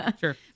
sure